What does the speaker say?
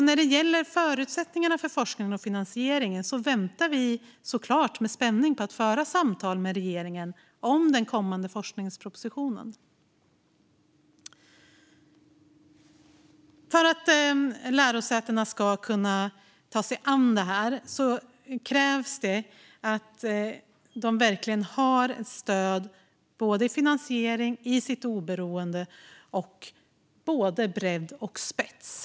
När det gäller förutsättningarna för forskningen och finansieringen väntar vi såklart med spänning på att föra samtal med regeringen om den kommande forskningspropositionen. För att lärosätena ska kunna ta sig an detta krävs det att de verkligen har stöd både i finansiering och i sitt oberoende, både i bredd och i spets.